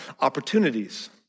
opportunities